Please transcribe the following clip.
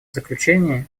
заключение